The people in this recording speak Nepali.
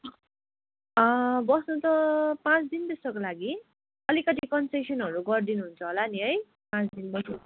बस्नु त पाँच दिन जस्तोको लागि अलिकति कन्सेसनहरू गरिदिनु हुन्छ होला नि है पाँच दिनको लागि